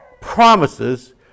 promises